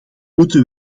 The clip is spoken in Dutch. moeten